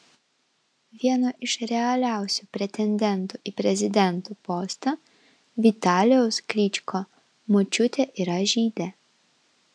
vieno iš realiausių pretendentų į prezidento postą vitalijaus klyčko močiutė yra žydė